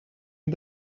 een